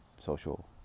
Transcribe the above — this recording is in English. social